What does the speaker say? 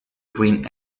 green